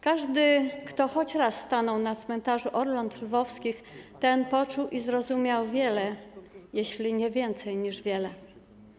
Każdy, kto choć raz stanął na cmentarzu Orląt Lwowskich, ten poczuł i zrozumiał wiele, jeśli nie więcej niż wiele.